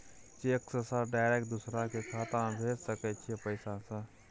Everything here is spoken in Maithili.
चेक से सर डायरेक्ट दूसरा के खाता में भेज सके छै पैसा सर?